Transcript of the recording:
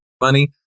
money